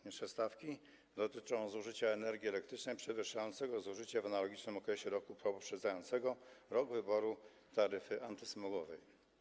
Niższe stawki dotyczą zużycia energii elektrycznej przewyższającego zużycie w analogicznym okresie roku poprzedzającego rok wyboru taryfy antysmogowej.